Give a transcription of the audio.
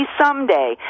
someday